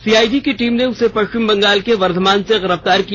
CID की team ने उसे पश्चिम बंगाल के वर्धमान से गिरफ्तार किया